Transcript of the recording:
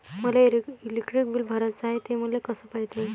मले electric bill भराचं हाय, ते मले कस पायता येईन?